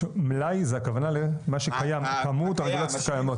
מלאי, זה הכוונה למה שקיים, הרגולציות הקיימות?